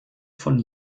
von